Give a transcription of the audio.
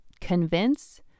Convince